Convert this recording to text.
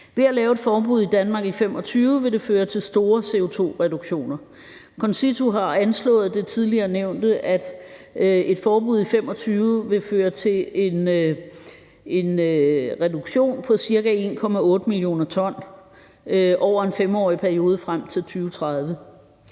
At lave et forbud i Danmark i 2025 vil føre til store CO2-reduktioner. CONCITO har anslået det tidligere nævnte, nemlig at et forbud i 2025 vil føre til en reduktion på ca. 1,8 mio. t over en 5-årig periode frem til 2030.